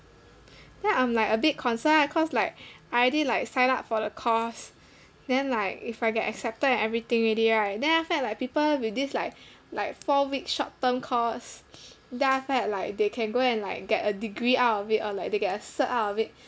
then I'm like a bit concerned lah cause like I already like signed up for the course then like if I get accepted and everything already right then after that people with this like like four week short term course then after that like they can go and like get a degree out of it or like they get a cert out of it